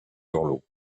borloo